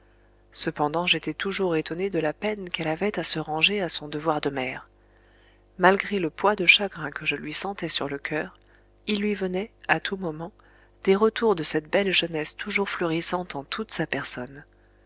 cependant j'étais toujours étonné de la peine qu'elle avait à se ranger à son devoir de mère malgré le poids de chagrin que je lui sentais sur le coeur il lui venait à tout moment des retours de cette belle jeunesse toujours fleurissante en toute sa personne